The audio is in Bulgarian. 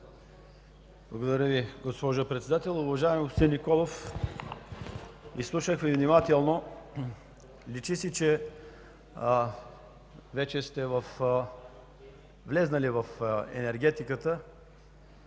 Благодаря Ви, госпожо Председател. Уважаеми господин Николов, изслушах Ви внимателно – личи си, че вече сте влезли в енергетиката.